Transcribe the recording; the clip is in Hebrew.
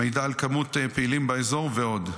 מידע על כמות פעילים באזור ועוד.